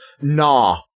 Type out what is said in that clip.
Nah